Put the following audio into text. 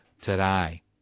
today